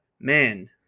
man